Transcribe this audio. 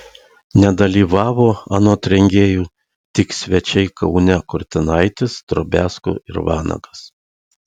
nedalyvavo anot rengėjų tik svečiai kaune kurtinaitis drobiazko ir vanagas